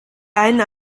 einen